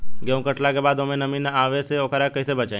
गेंहू कटला के बाद ओमे नमी आवे से ओकरा के कैसे बचाई?